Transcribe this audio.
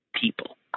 people